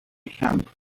camp